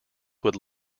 would